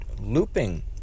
looping